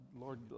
Lord